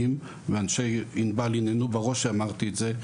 ואנשי ענבל הנהנו בראש כשאמרתי את זה,